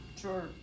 Sure